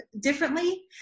differently